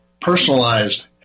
personalized